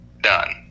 done